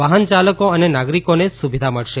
વાહન ચાલકો અને નાગરિકોને સુવિધા મળશે